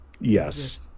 Yes